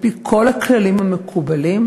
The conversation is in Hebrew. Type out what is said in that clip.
על-פי כל הכללים המקובלים,